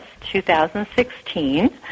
2016